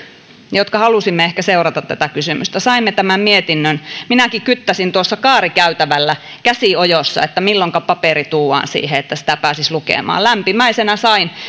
jotka halusimme ehkä seurata tätä kysymystä saimme tämän mietinnön minäkin kyttäsin tuossa kaarikäytävällä käsi ojossa milloinka paperi tuodaan siihen että sitä pääsisi lukemaan lämpimäisenä sain